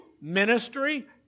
ministry